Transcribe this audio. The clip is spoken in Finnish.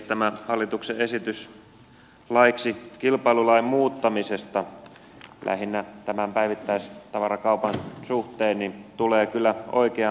tämä hallituksen esitys laiksi kilpailulain muuttamisesta lähinnä tämän päivittäistavarakaupan suhteen tulee kyllä oikeaan paikkaan